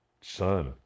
son